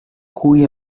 cui